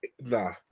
nah